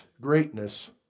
greatness